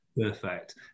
perfect